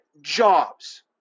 jobs